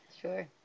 sure